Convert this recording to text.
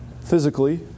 physically